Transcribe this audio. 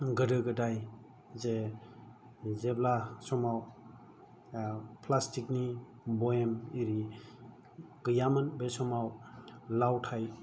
गोदो गोदाय जे जेब्ला समाव फ्लासटिक नि बयेम आरि गैयामोन बे समाव लावथाय